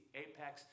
apex